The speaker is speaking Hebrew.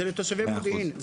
זה לתושבי מודיעין,